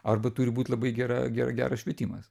arba turi būt labai gera gera gera švietimas